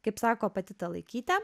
kaip sako pati talaikytė